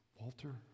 Walter